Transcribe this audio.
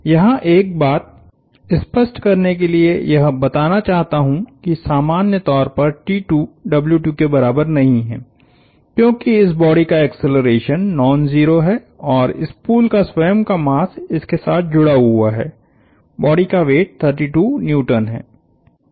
यहाँ एक बात स्पष्ट करने लिएयह बताना चाहता हु कि सामान्य तौर परके बराबर नहीं है क्योंकि इस बॉडी का एक्सेलरेशन नॉन जीरो है और स्पूल का स्वयं का मास इसके साथ जुड़ा हुआ है बॉडी का वेट 32N है